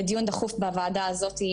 לדיון דחוף בוועדה הזאתי,